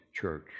church